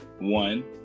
One